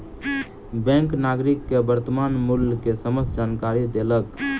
bank नागरिक के वर्त्तमान मूल्य के समस्त जानकारी देलक